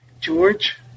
George